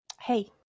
Hey